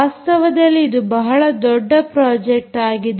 ವಾಸ್ತವದಲ್ಲಿ ಇದು ಬಹಳ ದೊಡ್ಡ ಪ್ರಾಜೆಕ್ಟ್ ಆಗಿದೆ